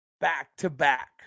back-to-back